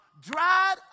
dried